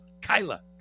Kyla